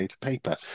paper